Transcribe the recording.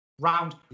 Round